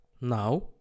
now